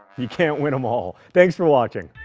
you can't win em all. thanks for watching.